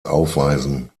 aufweisen